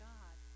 God